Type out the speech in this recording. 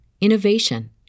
innovation